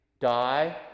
die